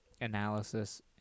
analysis